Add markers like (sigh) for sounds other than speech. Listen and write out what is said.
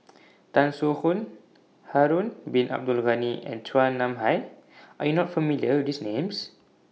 (noise) Tan Soo Khoon Harun Bin Abdul Ghani and Chua Nam Hai Are YOU not familiar with These Names